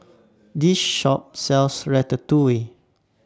This Shop sells Ratatouille